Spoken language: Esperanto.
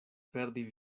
perdi